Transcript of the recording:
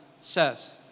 says